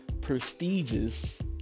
prestigious